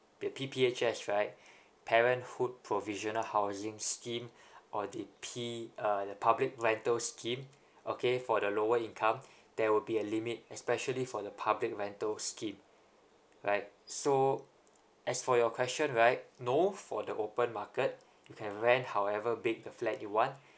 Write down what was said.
the P P H S right parenthood provisional housings scheme or the P uh the public rental scheme okay for the lower income there will be a limit especially for the public rental scheme right so as for your question right no for the open market you can rent however big the flat you want